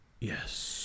Yes